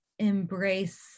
embrace